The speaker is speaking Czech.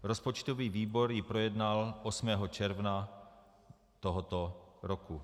Rozpočtový výbor ji projednal 8. června tohoto roku.